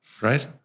Right